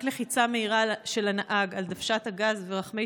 רק לחיצה מהירה של הנהג על דוושת הגז ורחמי